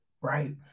right